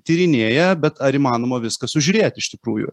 tyrinėja bet ar įmanoma viską sužiūrėti iš tikrųjų